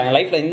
life